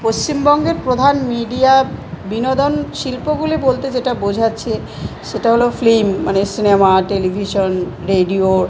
পশ্চিমবঙ্গের প্রধান মিডিয়া বিনোদন শিল্পগুলি বলতে যেটা বোঝাচ্ছে সেটা হলো ফিল্ম মানে সিনেমা টেলিভিশন রেডিও